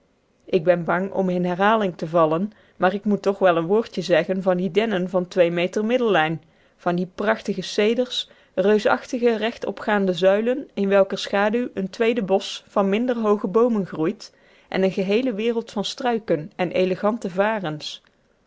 ik ben bang om in herhaling te vallen maar ik moet toch wel een woordje zeggen van die dennen van twee meter middellijn van die prachtige ceders reusachtige rechtopgaande zuilen in welker schaduw een tweede bosch van minder hooge boomen groeit en een geheele wereld van struiken en elegante varens